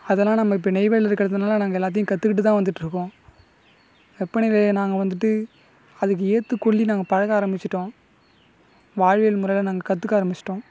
அதெல்லாம் நம்ம இப்போ நெய்வேலியில் இருக்கிறதுனால நாங்கள் எல்லாத்தையும் கற்றுக்கிட்டுதான் வந்துட்டுருக்கோம் வெப்பநிலையை நாங்கள் வந்துட்டு அதுக்கு ஏற்றுக்கொள்ளி நாங்கள் பழக ஆரம்பிச்சிட்டோம் வாழ்வியல் முறையை நாங்கள் கற்றுக்க ஆரம்பிச்சிட்டோம்